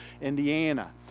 Indiana